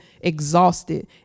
exhausted